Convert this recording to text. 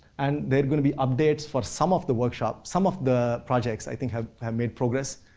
and there're going to be updates for some of the workshop. some of the projects i think have have made progress.